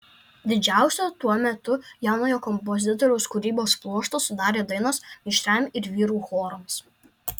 didžiausią tuo metu jaunojo kompozitoriaus kūrybos pluoštą sudarė dainos mišriam ir vyrų chorams